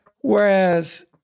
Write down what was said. whereas